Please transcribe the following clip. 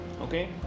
Okay